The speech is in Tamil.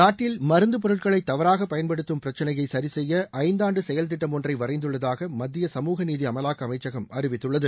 நாட்டில் மருந்து பொருட்களை தவறாக பயன்படுத்தும் பிரச்சினையை சரிசெய்ய ஐந்தாண்டு செயல்திட்டம் ஒன்றை வரைந்துள்ளதாக மத்திய சமூகநீதி அமலாக்க அமைச்சகம் அறிவித்துள்ளது